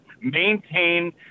maintain